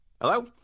Hello